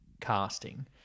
casting